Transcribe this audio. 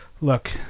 look